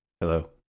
Hello